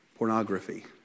Pornography